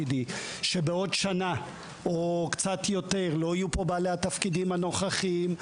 שבעוד שנה או קצת יותר לא יהיו פה בעלי התפקידים הנוכחיים,